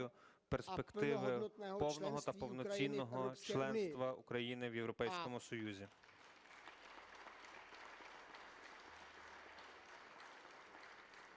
перспективи повного та повноцінного членства України в Європейському Союзі.